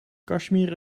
kashmir